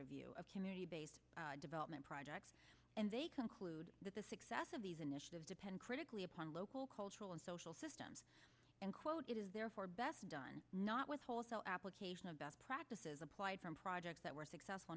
review of community based development projects and they conclude that the success of these initiatives depend critically upon local cultural and social systems and quote it is therefore best done not with wholesale application of best practices applied from projects that were successful